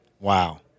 Wow